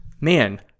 man